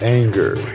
anger